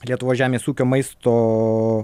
lietuvos žemės ūkio maisto